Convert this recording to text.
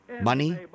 money